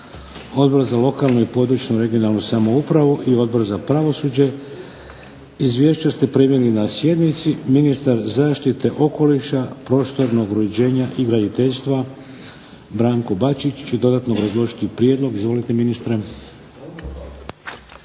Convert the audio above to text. Odbor za lokalnu, područnu i regionalnu samoupravu i Odbor za pravosuđe. Izvješća ste primili na sjednici, ministar zaštite okoliša, prostornog uređenja i graditeljstva Branko Bačić će dodatno obrazložiti prijedlog. Izvolite ministre.